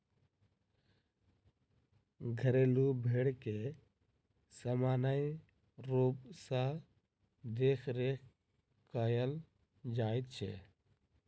घरेलू भेंड़ के सामान्य रूप सॅ देखरेख कयल जाइत छै